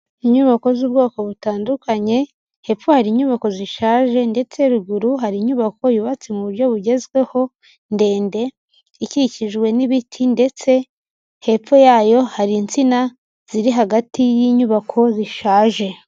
Inyubako z'ubwoko butandukanye, hepfo hari inyubako zishaje ndetse ruguru hari inyubako yubatse mu buryo bugezweho ndende, ikikijwe n'ibiti ndetse hepfo yayo hari insina ziri hagati y'inyubako zishaje.